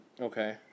Okay